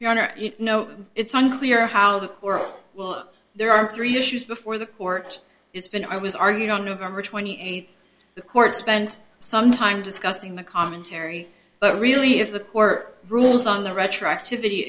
honor you know it's unclear how the world will there are three issues before the court it's been i was argued on november twenty eighth the court spent some time discussing the commentary but really if the court rules on the retroactivity